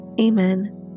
Amen